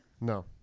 no